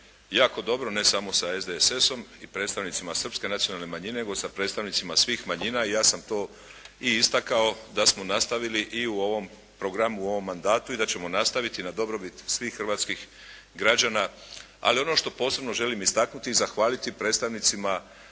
jako dobro ne samo sa SDSS-om i predstavnicima srpske nacionalne manjine nego sa predstavnicima svih manjina i ja sam to i istakao da smo nastavili i u ovom programu, u ovom mandatu i da ćemo nastaviti na dobrobit svih hrvatskih građana. Ali ono što posebno želim istaknuti i zahvaliti predstavnicima